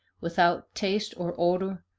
without taste or odor,